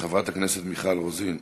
חברת הכנסת מיכל רוזין,